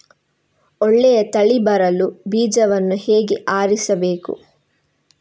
ಒಳ್ಳೆಯ ತಳಿ ಬರಲು ಬೀಜವನ್ನು ಹೇಗೆ ಆರಿಸಬೇಕು?